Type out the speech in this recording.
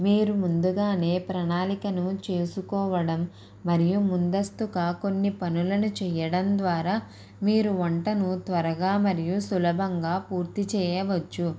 మీరు ముందుగానే ప్రణాళికను చేసుకోవడం మరియు ముందస్తుగా కొన్ని పనులను చెయ్యడం ద్వారా మీరు వంటను త్వరగా మరియు సులభంగా పూర్తి చెయ్యవచ్చు